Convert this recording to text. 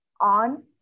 on